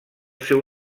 seu